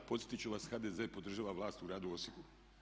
Podsjetit ću vas, HDZ podržava vlast u gradu Osijeku.